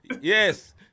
Yes